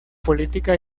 política